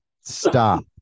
stop